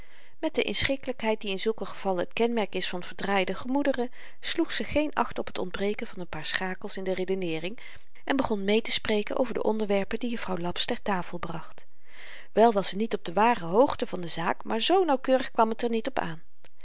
met de inschikkelykheid die in zulke gevallen t kenmerk is van verdraaide gemoederen sloeg ze geen acht op t ontbreken van n paar schakels in de redeneering en begon meetespreken over de onderwerpen die juffrouw laps ter tafel bracht wel was ze niet op de ware hoogte van de zaak maar z nauwkeurig kwam t er niet op aan